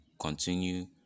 continue